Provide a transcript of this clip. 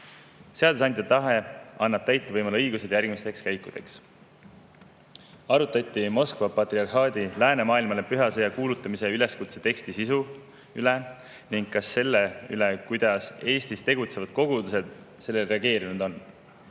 Seadusandja tahe annab täitevvõimule õigused järgmisteks käikudeks. Arutati Moskva patriarhaadi läänemaailmale püha sõja kuulutamise üleskutse teksti sisu üle ning ka selle üle, kuidas Eestis tegutsevad kogudused sellele reageerinud on.